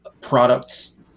products